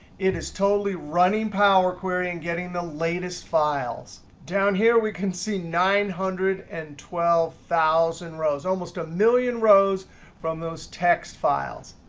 it is totally running power query and getting the latest files. down here, we can see nine hundred and twelve thousand rows, almost a million rows from those text files.